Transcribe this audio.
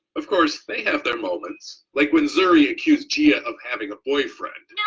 of course, they have their moments, like when zuri accused gia ah of having a boyfriend.